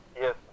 yes